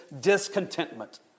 discontentment